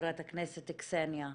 חברת הכנסת קסניה,